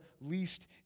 least